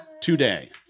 today